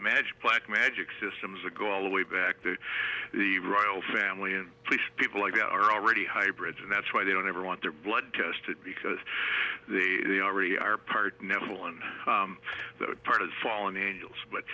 managed black magic systems a go all the way back to the royal family and please people like that are already hybrids and that's why they don't ever want their blood tested because they already are part natural and part of the fallen angels but